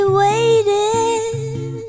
waiting